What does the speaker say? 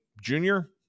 Junior